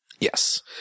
yes